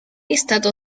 estado